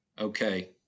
Okay